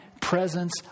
presence